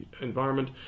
environment